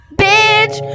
bitch